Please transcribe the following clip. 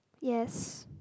yes